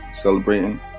celebrating